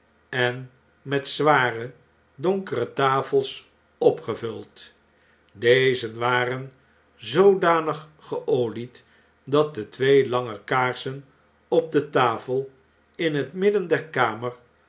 en met zware donkere tafels opgevuld deze waren zoodanig geolied dat de twee lange kaarsen op de tafel in het midden der kamer